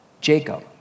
Jacob